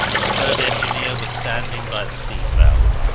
the third engineer was standing by the steam-valve.